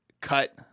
cut